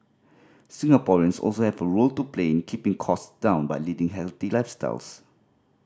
Singaporeans also have a role to play in keeping cost down by leading healthy lifestyles